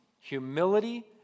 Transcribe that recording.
humility